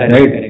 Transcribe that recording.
Right